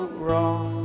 wrong